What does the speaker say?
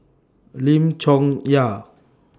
Lim Chong Yah